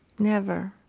never.